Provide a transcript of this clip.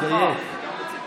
אתה צריך לדייק.